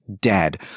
dead